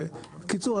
בקיצור,